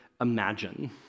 imagine